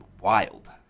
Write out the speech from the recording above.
wild